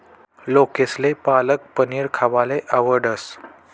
लोकेसले पालक पनीर खावाले आवडस